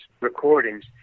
recordings